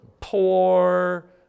Poor